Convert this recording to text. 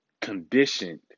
conditioned